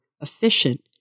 efficient